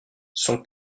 son